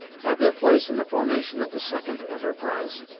had their place in the formation of the second enterprise.